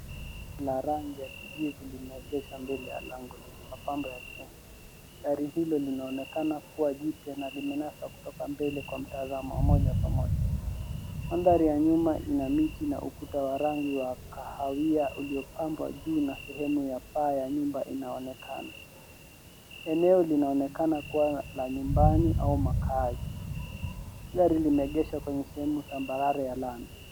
Gari la rangi ya kijivu limeegeshwa mbele ya lango lenye mapambo ya chuma. Gari hilo linaonekana kuwa jipya na limenaswa kutoka mbele kwa mtazamo moja kwa moja. Mandhari ya nyuma ina miti na ukuta wa rangi wa kahawia uliyopambwa juu na sehemu ya paa ya nyumba inaonekana. Eneo linaonekana kuwa la nyumbani au makaazi. Gari limegeshwa kwenye sehemu tambarare ya lami.